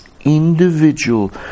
individual